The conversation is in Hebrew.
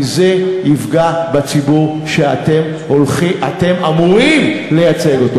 כי זה יפגע בציבור שאתם אמורים לייצג.